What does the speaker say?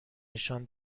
نشان